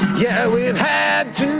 yeah we've had